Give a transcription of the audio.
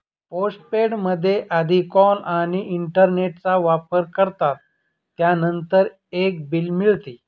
postpaid मध्ये आधी call आणि इंटरनेटचा वापर करतात, त्यानंतर एक बिल मिळते